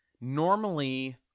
normally